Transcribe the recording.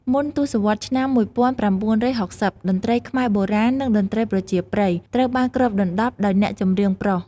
មុនទសវត្សរ៍ឆ្នាំ ១៩៦០ តន្ត្រីខ្មែរបុរាណ និងតន្ត្រីប្រជាប្រិយ ត្រូវបានគ្របដណ្ដប់ដោយអ្នកចម្រៀងប្រុស។